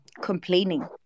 complaining